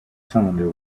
cylinder